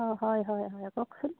অঁ হয় হয় হয় কওকচোন